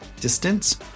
distance